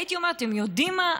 הייתי אומרת: אתם יודעים מה?